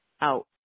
out